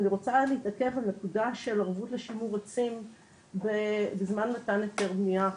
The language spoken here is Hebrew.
אני רוצה להתעכב על נקודה של ערבות לשימור עצים בזמן מתן היתר בנייה.